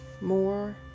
More